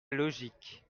logique